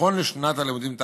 נכון לשנת הלימודים תשע"ז,